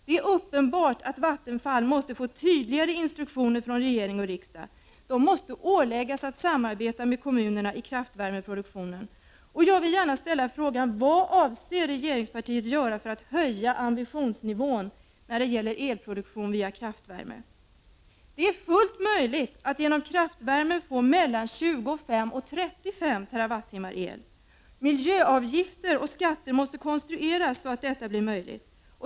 Det är uppenbart att Vattenfall måste få tydligare instruktioner från regering och riksdag. Verket måste åläggas att samarbeta med kommunerna i kraftvärmeproduktionen. Jag vill gärna ställa en fråga: Vad avser regeringspartiet att göra för att höja ambitionsnivån när det gäller elproduktion via kraftvärme? Det är fullt möjligt att genom kraftvärmeproduktion få mellan 25 TWh och 35 TWh el. Miljöavgifter och skatter måste konstrueras så att detta blir möjligt.